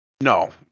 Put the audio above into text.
No